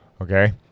Okay